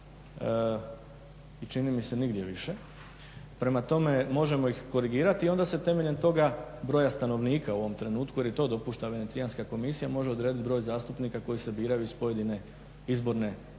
i čini mi se nigdje više. Prema tome možemo ih korigirati i onda se temeljem toga broja stanovnika u ovom trenutku jer to dopušta venecijanska komisija može odrediti broj zastupnika koji se biraju iz pojedine izborne